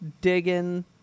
digging